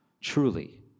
truly